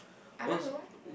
I don't know